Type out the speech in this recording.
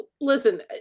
listen